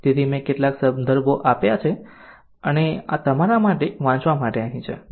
તેથી મેં કેટલાક સંદર્ભો આપ્યા છે અને આ તમારા વાંચવા માટે અહીં છે